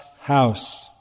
house